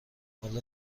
حالا